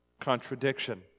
contradiction